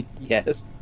Yes